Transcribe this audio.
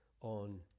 on